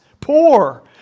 poor